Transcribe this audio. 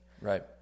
Right